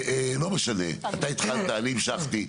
לא משנה, אתה התחלת, אני המשכתי.